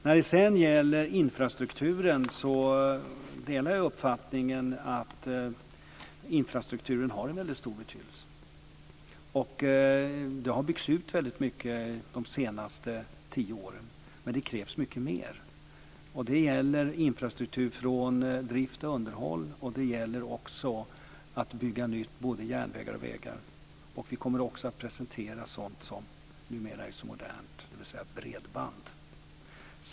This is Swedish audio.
När det sedan gäller infrastrukturen delar jag uppfattningen att denna har en väldigt stor betydelse. Den har byggts ut väldigt mycket de senaste tio åren, men det krävs mycket mer. Det gäller infrastruktur från drift och underhåll till att bygga nya såväl järnvägar som vägar. Vi kommer också att presentera sådant som numera är så modernt, nämligen bredband.